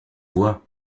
voix